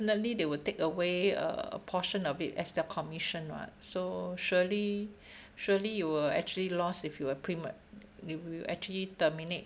definitely they will take away a portion of it as their commission [what] so surely surely you will actually lost if you were prema~ you will actually terminate